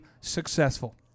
successful